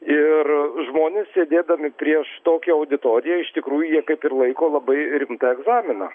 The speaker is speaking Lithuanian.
ir žmonės sėdėdami prieš tokią auditoriją iš tikrųjų jie kaip ir laiko labai rimtą egzaminą